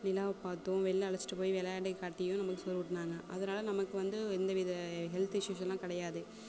நிலாவை பார்த்தும் வெளியில் அழைச்சிட்டு போய் விளையாண்டு காட்டியும் நமக்கு சோறு ஊட்டுனாங்க அதனால நமக்கு வந்து எந்த வித ஹெல்த் இஷ்யூஸ்ஸெல்லாம் கிடையாது